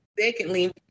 secondly